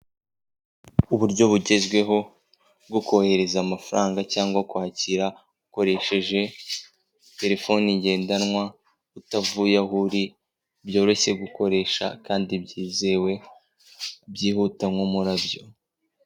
Uburyo bugezweho bwo kohereza amafaranga cyangwa kwakira ukoresheje terefone ngendanwa, utavuye aho uri byoroshye gukoresha kandi byizewe byihuta nk'umurabyo.